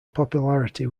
popularity